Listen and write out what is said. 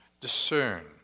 discern